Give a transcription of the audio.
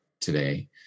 today